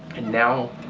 and now,